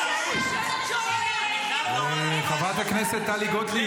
לצערי --- חברת הכנסת טלי גוטליב,